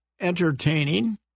entertaining